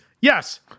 yes